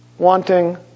wanting